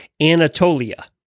Anatolia